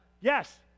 Yes